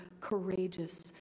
courageous